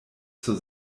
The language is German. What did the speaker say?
zur